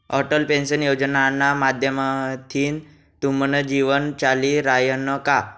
Atal pension योजनाना माध्यमथीन तुमनं जीवन चाली रायनं का?